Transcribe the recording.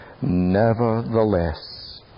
Nevertheless